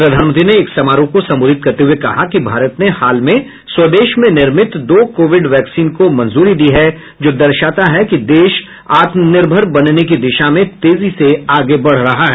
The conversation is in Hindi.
प्रधानमंत्री ने एक समारोह को संबोधित करते हुए कहा कि भारत ने हाल में स्वदेश में निर्मित दो कोविड वैक्सीन को मंजूरी दी है जो दर्शाता है कि देश आत्मनिर्भर बनने की दिशा में तेजी से आगे बढ़ रहा है